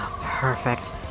Perfect